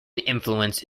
influence